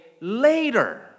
later